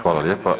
Hvala lijepa.